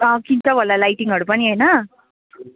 किन्छौ होला लाइटिङहरू पनि होइन